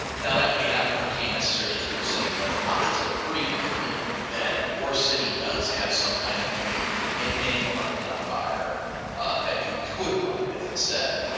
um now that may not pertain necessarily to your city, but odds are pretty good that your city does have some kind of unique little nickname or identifier that you could run with instead.